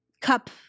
cup –